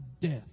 death